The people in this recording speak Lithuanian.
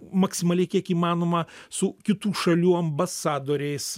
maksimaliai kiek įmanoma su kitų šalių ambasadoriais